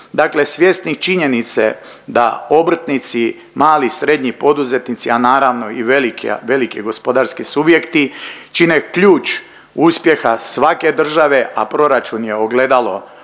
svjesne činjenice da obrtnici, mali, srednji poduzetnici, a naravno i veliki gospodarski subjekti čine ključ uspjeha svake države, a proračun je ogledalo